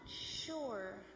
sure